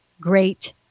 Great